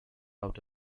out